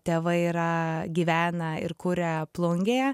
tėvai yra gyvena ir kuria plungėje